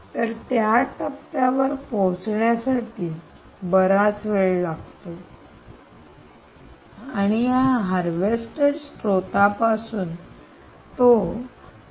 तर त्या टप्प्यावर पोहोचण्यासाठी बराच वेळ लागतो आणि या हार्वेस्टेड स्त्रोतापासून तो 3